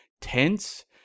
tense